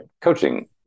coaching